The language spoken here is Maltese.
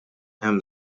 hemm